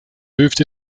moved